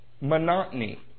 monotony